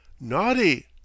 Naughty